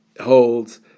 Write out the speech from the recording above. holds